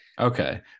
Okay